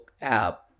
app